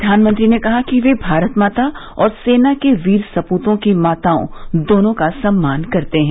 प्रधानमंत्री ने कहा कि वे भारत माता और सेना के वीर सपूतों की माताओं दोनों का सम्मान करते हैं